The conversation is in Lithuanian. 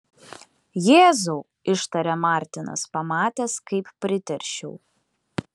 jėzau ištarė martinas pamatęs kaip priteršiau